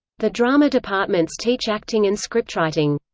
the drama departments teach acting and scriptwriting.